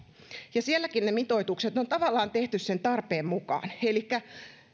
sielläkin ne mitoitukset on tavallaan tehty sen tarpeen mukaan elikkä